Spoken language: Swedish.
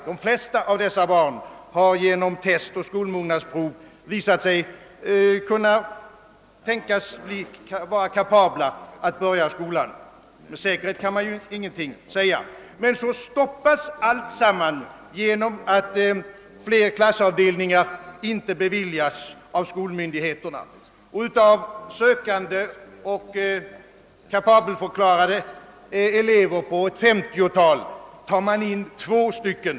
De flesta av dessa prov visat sig kunna tänkas — med säkerhet kan man naturligtvis ingenting säga — vara kapabla att börja skolan. Men så stoppas alltsammans genom att fler klassavdelningar inte beviljas av skolmyndigheterna. Av ett 50-tal sökande kapabelförklarade barn tar man in två stycken!